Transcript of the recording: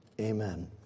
amen